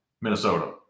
Minnesota